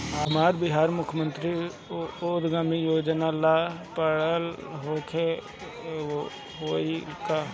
हमरा बिहार मुख्यमंत्री उद्यमी योजना ला पढ़ल होखे के होई का?